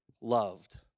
loved